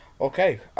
Okay